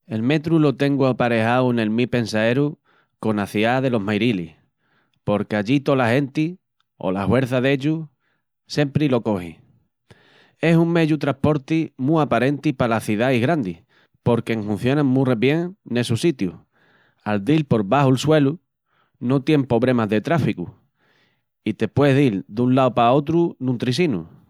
El metru lo tengu aparejau nel mi pensaeru cona ciá delos Mairilis, porque allí tola genti o la huerça dellus sempre lo cogi. Es un meyu trasporti mu aparenti palas cidais grandis porque enhuncionan mu rebien nessus sitius, al dil por baxu'l suelu no tien pobremas de traficu i te pues dil dun lau pa otru nun trisinu.